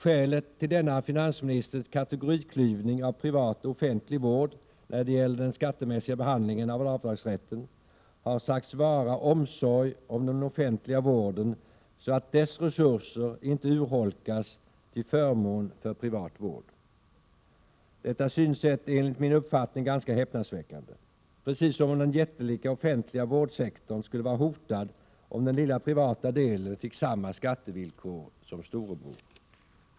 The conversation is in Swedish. Skälet till denna finansministerns kategoriklyvning av privat och offentlig vård när det gäller den skattemässiga behandlingen av avdragsrätten har sagts vara omsorg om den offentliga vården så att dess resurser inte urholkas till förmån för privat vård. Detta synsätt är enligt min uppfattning ganska häpnadsväckande. Precis som om den jättelika offentliga vårdsektorn skulle vara hotad om den lilla privata delen fick samma skattevillkor som storebror.